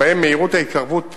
שבהם מהירות ההתקרבות פחותה,